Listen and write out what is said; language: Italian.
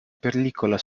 pellicola